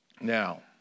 Now